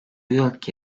yılki